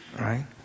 Right